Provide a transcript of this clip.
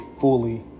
fully